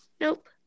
Nope